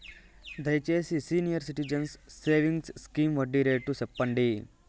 దయచేసి senior citizens savings scheme వడ్డీ rate సెప్పండి